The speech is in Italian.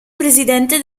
presidente